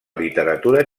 literatura